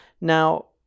Now